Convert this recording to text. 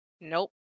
Nope